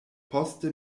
poste